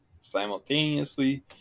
simultaneously